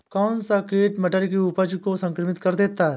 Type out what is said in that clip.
कौन सा कीट मटर की उपज को संक्रमित कर देता है?